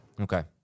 Okay